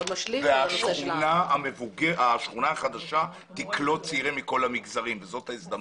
השכונה החדשה תקלוט צעירים מכל המגזרים וזאת ההזדמנות.